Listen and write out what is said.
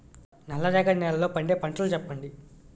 నల్ల రేగడి నెలలో పండే పంటలు చెప్పండి?